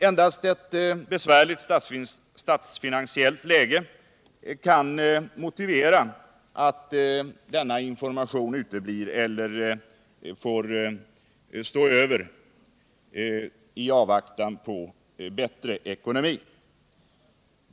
Endast ett besvärligt statsfinansiellt läge kan mctivera att denna information uteblir — och då endast temporärt i avvaktan på att de ekonomiska förutsättningarna förbättras.